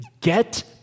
Get